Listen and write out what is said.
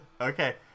Okay